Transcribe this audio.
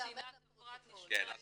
אנחנו